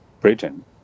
Britain